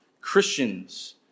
Christians